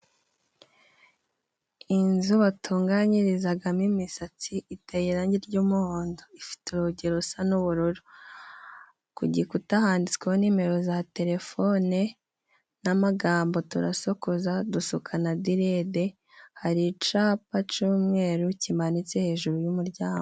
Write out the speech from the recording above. Inzu batunganyirizagamo imisatsi iteye irangi ry'umuhondo, ifite urugero rusa n'ubururu, ku gikuta handitsweho nimero za telefone n'amagambo: turasokoza, dusuka na direde, hari icapa c'umweru kimanitse hejuru y'umuryango.